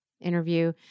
interview